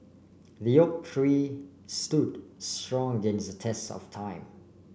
the oak tree stood strong against the test of time